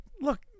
Look